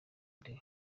day